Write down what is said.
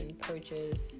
purchase